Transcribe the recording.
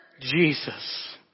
Jesus